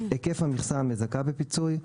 היקף המכסה המזכה בפיצוי,